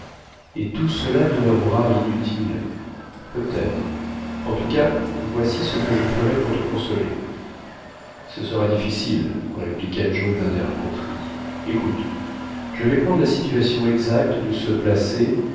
et tout cela demeurera inutile peut-être en tout cas voici ce que je ferai pour te consoler ce sera difficile répliqua joe d'un air contrit ecoute je vais prendre la situation exacte de ce placer